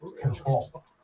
control